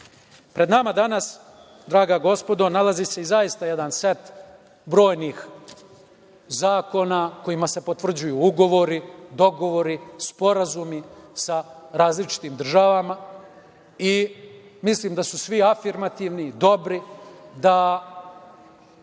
ratu. Pred nama danas, draga gospodo, nalazi se zaista jedan set brojnih zakona kojima se potvrđuju ugovori, dogovori, sporazumi sa različitim državama i mislim da su svi afirmativni, dobri, da